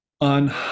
on